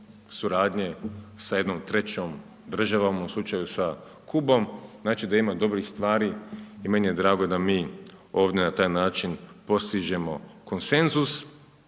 suradnje sa jednom trećom državom u slučaju sa Kubom. Znači da ima dobrih stvari i meni je drago da mi ovdje na taj način postižemo konsenzus.